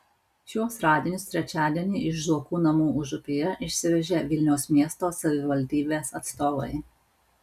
šiuos radinius trečiadienį iš zuokų namų užupyje išsivežė vilniaus miesto savivaldybės atstovai